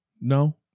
No